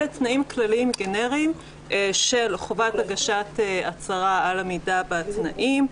אלה תנאים כלליים גנריים של חובת הגשת הצהרה על עמידה בתנאים,